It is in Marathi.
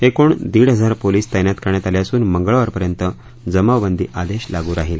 एकूण दीडहजार पोलीस तैनात करण्यात आले असून मंगळवारपर्यंत जमावबंदी आदेश लागू राहील